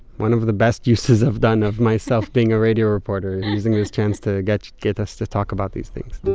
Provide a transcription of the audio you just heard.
one of the best uses i've done of myself being a radio reporter is using this chance to get get us to talk about these things.